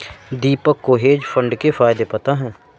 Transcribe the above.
दीपक को hedge fund के फायदे पता है